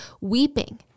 weeping